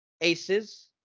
Aces